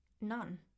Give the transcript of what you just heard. None